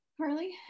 Carly